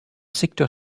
secteur